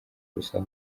ubusa